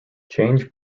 change